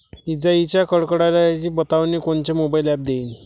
इजाइच्या कडकडाटाची बतावनी कोनचे मोबाईल ॲप देईन?